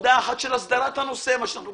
נקודה אחת של הסדרת הנושא, כפי שהגדרנו